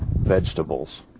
vegetables